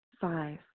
Five